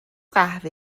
قهوه